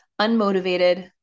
unmotivated